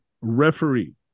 referee